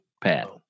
Pat